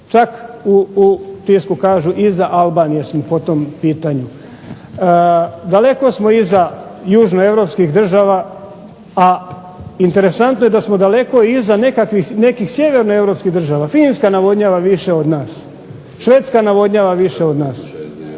Čak u tisku kažu iza Albanije smo po tom pitanju. Daleko smo iza južnoeuropskih država, a interesantno je da smo daleko iza nekih sjevernoeuropskih država. Finska navodnjava više od nas, Švedska navodnjava više od nas